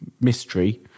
mystery